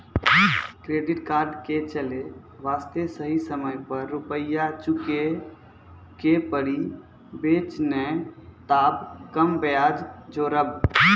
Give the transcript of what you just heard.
Credit card के चले वास्ते सही समय पर रुपिया चुके के पड़ी बेंच ने ताब कम ब्याज जोरब?